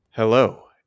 Hello